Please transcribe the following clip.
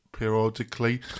periodically